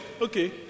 Okay